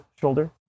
shoulder